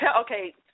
okay